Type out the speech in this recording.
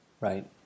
Right